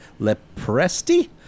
Lepresti